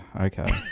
okay